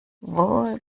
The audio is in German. wohl